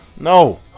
No